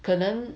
可能